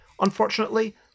Unfortunately